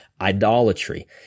Idolatry